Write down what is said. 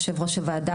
יושב ראש הוועדה,